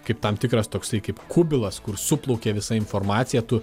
kaip tam tikras toksai kaip kubilas kur suplaukia visa informacija tu